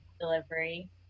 delivery